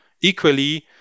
Equally